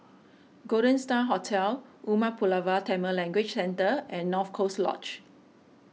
Golden Star Hotel Umar Pulavar Tamil Language Centre and North Coast Lodge